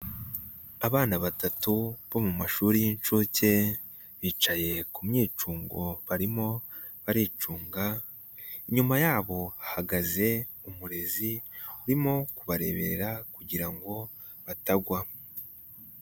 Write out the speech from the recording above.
Abana batatu bo mu mashuri y'inshuke bicaye ku myicungo barimo baricunga, inyuma yabo hahagaze umurezi urimo kubareberera kugira ngo batagwa.